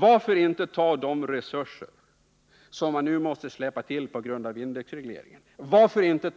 Varför inte ta de resurser som man nu måste släppa till på grund av indexregleringen